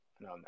No